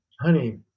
Honey